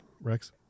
Rex